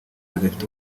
rudafite